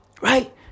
right